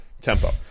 tempo